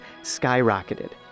skyrocketed